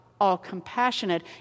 all-compassionate